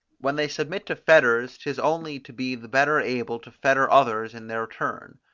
when they submit to fetters, tis only to be the better able to fetter others in their turn.